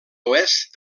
oest